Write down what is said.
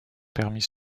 permis